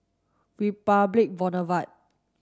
Republic Boulevard